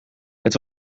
het